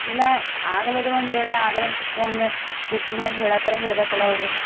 ಇನ್ನು ಆಗಲ್ಲೊದನಂದ್ರ ಹೇಳಿ ಆಗಲ್ಲಾಂತ ಫೋನ್ ರಿಸೀವ್ ಮಾಡಿ ಹೇಳಕ್ರೆ ಹೇಳ್ಬೇಕಲ್ಲಾವ್ರು